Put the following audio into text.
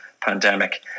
pandemic